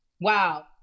wow